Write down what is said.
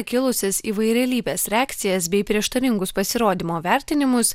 kilusias įvairialypes reakcijas bei prieštaringus pasirodymo vertinimus